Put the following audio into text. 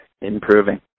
improving